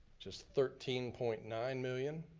just thirteen point nine million.